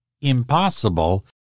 impossible